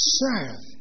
serve